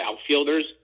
outfielders